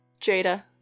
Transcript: Jada